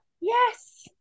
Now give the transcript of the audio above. yes